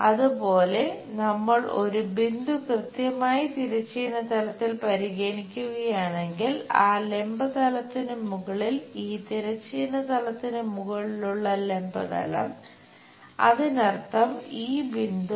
അതുപോലെ നമ്മൾ ഒരു ബിന്ദു കൃത്യമായി തിരശ്ചീനതലത്തിൽ പരിഗണിക്കുകയാണെങ്കിൽ ആ ലംബതലത്തിനു മുകളിൽ തിരശ്ചീന തലത്തിനു മുകളിലുള്ള ലംബ തലം അതിനർത്ഥം ഈ ബിന്ദു